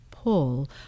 pull